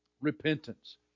repentance